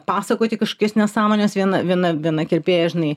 pasakoti kažkokias nesąmones viena viena viena kirpėja žinai